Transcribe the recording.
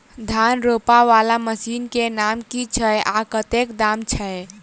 धान रोपा वला मशीन केँ नाम की छैय आ कतेक दाम छैय?